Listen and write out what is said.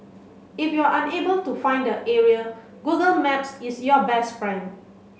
if you're unable to find the area Google Maps is your best friend